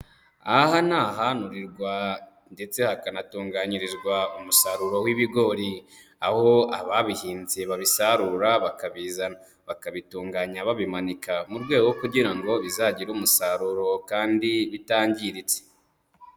Aha ni ahanurirwa ndetse hakanatunganyirizwa umusaruro w'ibigori, aho ababihinze babisarura bakabizana, bakabitunganya babimanika mu rwego kugira ngo bizagire umusaruro kandi bitangiritse.